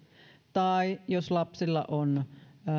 tai jos lapsella on